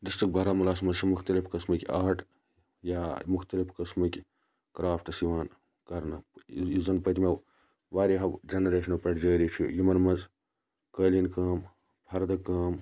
district بارامُلَس مَنٛز چھِ مُختٔلِف قسمٕکۍ آرٹ یا مُختٔلِف قسمٕکۍ کرافٹس یِوان کَرنہٕ یُس زَن پیٚتمیٚو واریاہَو جَنریشنَو پٮ۪ٹھ جٲری چھُ یِمَن مَنٛز قٲلیٖن کٲم ہَردَر کٲم